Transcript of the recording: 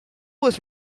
was